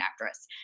actress